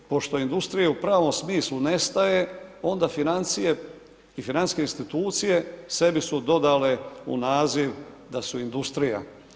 Pošto industrija u pravom smislu nestaje, onda financije i financijske institucije sebi su dodale u naziv da su industrija.